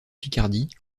picardie